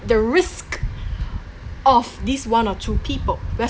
the risk of this one or two people we're